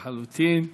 לחלוטין.